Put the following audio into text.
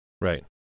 Right